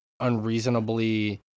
unreasonably